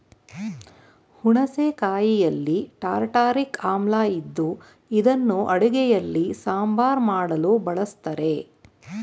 ಹುಣಸೆ ಕಾಯಿಯಲ್ಲಿ ಟಾರ್ಟಾರಿಕ್ ಆಮ್ಲ ಇದ್ದು ಇದನ್ನು ಅಡುಗೆಯಲ್ಲಿ ಸಾಂಬಾರ್ ಮಾಡಲು ಬಳಸ್ತರೆ